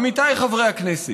עמיתיי חברי הכנסת,